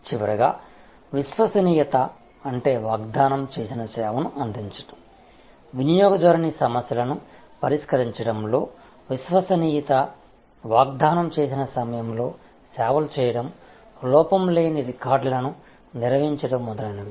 చివరగా విశ్వసనీయత అంటే వాగ్దానం చేసిన సేవను అందించడం వినియోగదారుని సమస్యలను పరిష్కరించడంలో విశ్వసనీయత వాగ్దానం చేసిన సమయంలో సేవలు చేయడం లోపం లేని రికార్డులను నిర్వహించడం మొదలైనవి